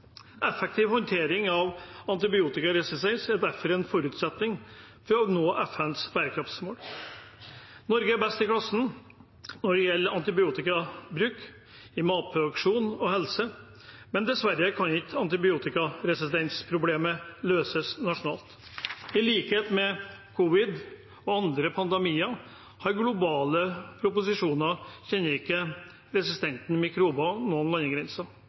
Effektiv håndtering av antibiotikaresistens er derfor en forutsetning for å nå FNs bærekraftsmål. Norge er best i klassen når det gjelder antibiotikabruk innen matproduksjon og helse, men dessverre kan ikke antibiotikaresistensproblemet løses nasjonalt. I likhet med covid og andre pandemier som har globale proporsjoner, kjenner ikke de resistente mikrobene noen landegrenser,